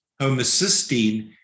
homocysteine